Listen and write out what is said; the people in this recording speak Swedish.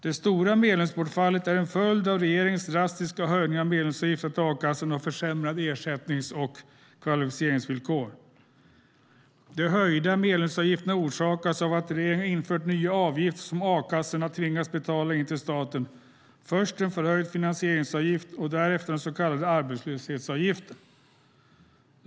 Det stora medlemsbortfallet är en följd av regeringens drastiska höjningar av medlemsavgifterna till a-kassorna och försämrade ersättnings och kvalificeringsvillkor. De höjda medlemsavgifterna orsakas av att regeringen har infört nya avgifter som a-kassorna tvingas betala in till staten - först en förhöjd finansieringsavgift och därefter den så kallade arbetslöshetsavgiften.